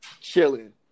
chilling